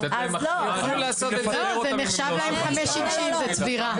--- זה נחשב להן חמש ש"ש, זה צבירה.